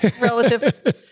relative